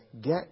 get